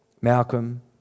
Malcolm